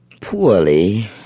poorly